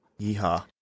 Yeehaw